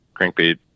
crankbait